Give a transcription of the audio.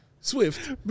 Swift